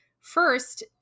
First